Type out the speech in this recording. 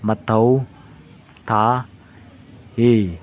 ꯃꯊꯧ ꯇꯥꯒꯦ